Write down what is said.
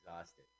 exhausted